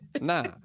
Nah